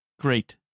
Great